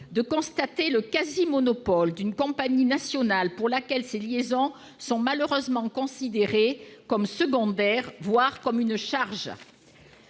de constater le quasi-monopole d'une compagnie nationale pour laquelle ces liaisons sont malheureusement considérées comme secondaires, voire comme une charge.